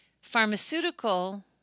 pharmaceutical